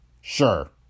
Sure